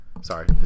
Sorry